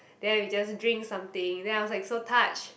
there we just drink something then I was like so touch